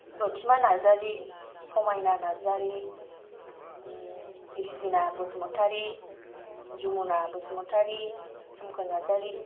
Pratima Narzary Samayana Narzary Rijina Basumatary Jumuna Basumatary Somkhor Narzary